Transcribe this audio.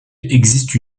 existe